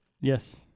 Yes